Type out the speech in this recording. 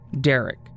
Derek